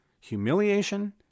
Humiliation